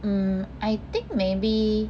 mm I think maybe